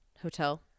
hotel